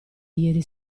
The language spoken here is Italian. ieri